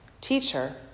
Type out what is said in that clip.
Teacher